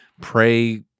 pray